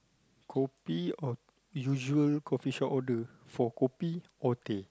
kopi or usual kopi shop order or for kopi or teh